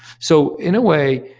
so in a way,